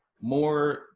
more